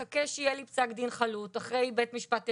מחכה שיהיה לי פסק דין חלוט אחרי בית המשפט העליון'.